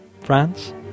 France